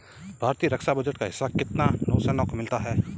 भारतीय रक्षा बजट का कितना हिस्सा नौसेना को मिलता है?